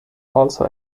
also